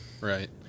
Right